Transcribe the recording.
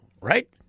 right